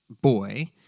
boy